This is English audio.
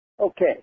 Okay